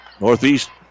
Northeast